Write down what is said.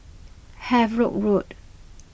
Havelock Road